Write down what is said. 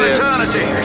Eternity